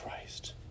Christ